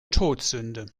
todsünde